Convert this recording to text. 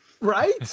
Right